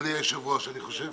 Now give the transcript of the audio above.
אדוני היושב-ראש, אני חושב